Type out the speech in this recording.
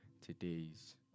today's